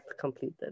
completed